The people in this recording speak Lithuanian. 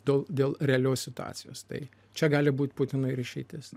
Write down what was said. dėl dėl realios situacijos tai čia gali būt putinui ir išeitis